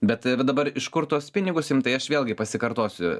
bet va dabar iš kur tuos pinigus imt tai aš vėlgi pasikartosiu